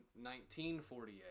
1948